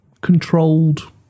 controlled